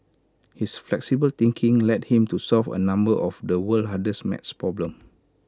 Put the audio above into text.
his flexible thinking led him to solve A number of the world's hardest maths problems